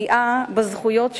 מפגיעה בזכויות שלהם,